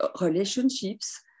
relationships